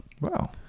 Wow